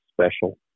special